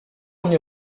mnie